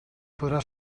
podrà